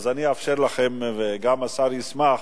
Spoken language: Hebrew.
אני אאפשר לכם, וגם השר ישמח.